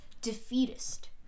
defeatist